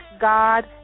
God